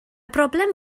broblem